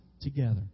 together